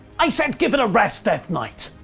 i said give it a rest, deathknight.